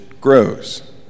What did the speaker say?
grows